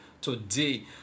today